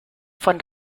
von